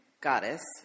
goddess